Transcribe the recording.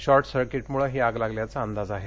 short सर्किटमुळे ही आग लागल्याचा अंदाज आहे